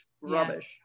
rubbish